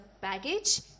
baggage